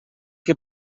que